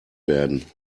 werden